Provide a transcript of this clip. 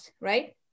right